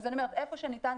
איפה שניתן,